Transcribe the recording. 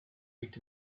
liegt